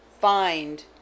find